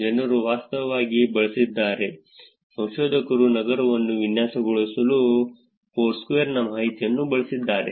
ಜನರು ವಾಸ್ತವವಾಗಿ ಬಳಸಿದ್ದಾರೆ ಸಂಶೋಧಕರು ನಗರವನ್ನು ವಿನ್ಯಾಸಗೊಳಿಸಲು ಫೋರ್ಸ್ಕ್ವೇರ್ನ ಮಾಹಿತಿಯನ್ನು ಬಳಸಿದ್ದಾರೆ